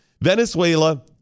Venezuela